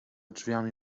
drzwiami